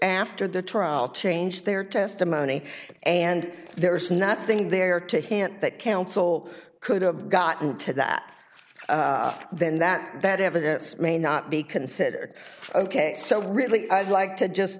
after the trial changed their testimony and there is nothing there to hint that counsel could have gotten to that then that that evidence may not be considered ok so really like to just